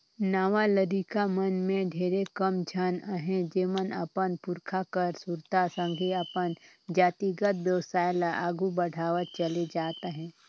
नावा लरिका मन में ढेरे कम झन अहें जेमन अपन पुरखा कर सुरता संघे अपन जातिगत बेवसाय ल आघु बढ़ावत चले जात अहें